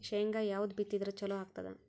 ಶೇಂಗಾ ಯಾವದ್ ಬಿತ್ತಿದರ ಚಲೋ ಆಗತದ?